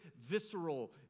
visceral